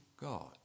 God